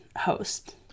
host